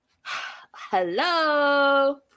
Hello